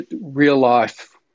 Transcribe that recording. real-life